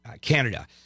Canada